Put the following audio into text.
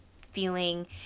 feeling